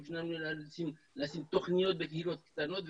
אין לנו אפשרות לשים תוכניות בקהילות קטנות,